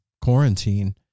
quarantine